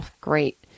Great